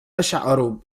أشعر